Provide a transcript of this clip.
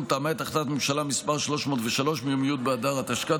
תאמה את החלטת ממשלה מס' 303 מיום י' באדר התשכ"ד,